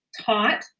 taught